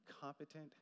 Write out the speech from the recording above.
competent